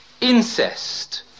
incest